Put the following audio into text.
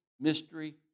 mystery